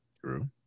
True